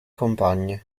compagni